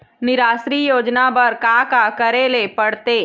निराश्री योजना बर का का करे ले पड़ते?